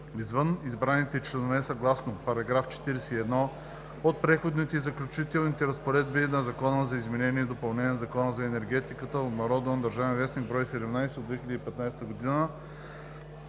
извън избраните членове съгласно § 41 от Преходните и заключителните разпоредби на Закона за изменение и допълнение на Закона за енергетиката (обн., ДВ, бр. 17 от 2015 г.,